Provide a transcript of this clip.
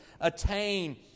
attain